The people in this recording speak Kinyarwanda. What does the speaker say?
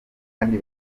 kdi